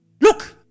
look